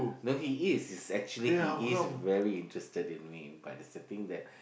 no he is he's actually he is very interested but there's the thing that